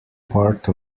part